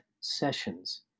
sessions